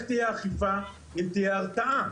איך תהיה האכיפה ואם תהיה הרתעה.